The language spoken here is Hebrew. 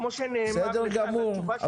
כמו שנאמר --- בסדר גמור,